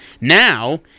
Now